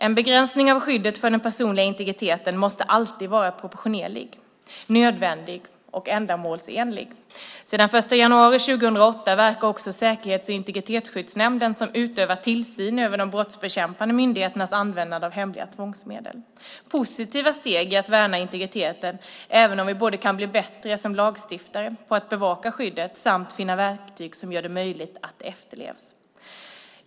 En begränsning av skyddet för den personliga integriteten måste alltid vara proportionerlig, nödvändig och ändamålsenlig. Sedan den 1 januari 2008 verkar också Säkerhets och integritetsskyddsnämnden, som utövar tillsyn över de brottsbekämpande myndigheternas användande av hemliga tvångsmedel. Det är positiva steg i att värna integriteten, även om vi kan både bli bättre som lagstiftare på att bevaka skyddet och finna verktyg som gör det möjligt att det efterlevs.